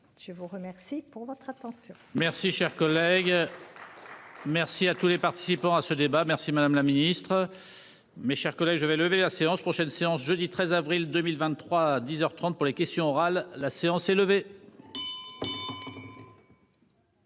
Je vous remercie pour votre attention. Merci cher collègue. Merci à tous les participants à ce débat. Merci madame la ministre. Mes chers collègues, je vais lever la séance prochaine séance jeudi 13 avril, 2023 10h 30 pour les questions orales. La séance est levée.